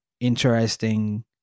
interesting